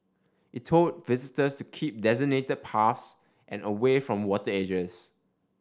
it told visitors to keep designated paths and away from water edges